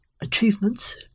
achievements